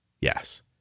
Yes